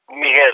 Miguel